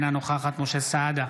אינה נוכחת משה סעדה,